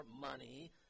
money